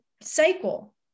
cycle